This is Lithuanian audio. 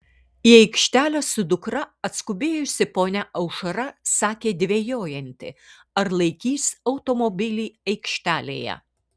į aikštelę su dukra atskubėjusi ponia aušra sakė dvejojanti ar laikys automobilį aikštelėje